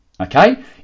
Okay